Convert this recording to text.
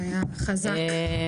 שתי שאלות.